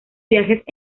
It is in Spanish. viajes